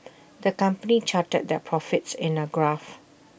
the company charted their profits in A graph